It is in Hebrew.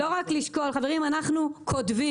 לא רק לשקול, חברים, אנחנו כותבים.